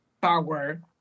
power